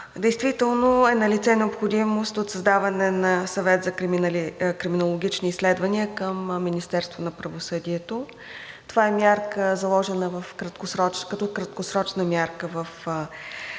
Действително е налице необходимост от създаване на Съвет за криминологични изследвания към Министерството на правосъдието. Това е заложено като краткосрочна мярка в Програмата